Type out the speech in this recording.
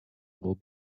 will